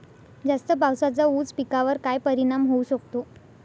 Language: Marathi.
जास्त पावसाचा ऊस पिकावर काय परिणाम होऊ शकतो?